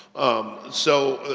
um, so, ah,